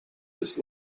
this